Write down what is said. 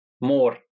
more